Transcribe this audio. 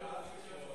מישהו יעץ,